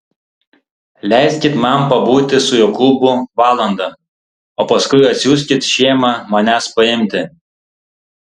leiskit man pabūti su jokūbu valandą o paskui atsiųskit šėmą manęs paimti